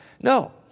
No